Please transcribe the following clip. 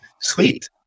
Sweet